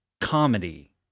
comedy